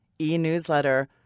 e-newsletter